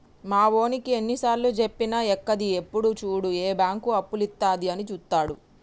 మావోనికి ఎన్నిసార్లుజెప్పినా ఎక్కది, ఎప్పుడు జూడు ఏ బాంకు అప్పులిత్తదా అని జూత్తడు